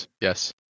Yes